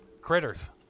Critters